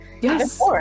Yes